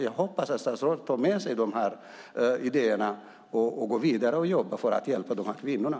Jag hoppas att statsrådet tar med sig de här idéerna och jobbar vidare för att hjälpa de här kvinnorna.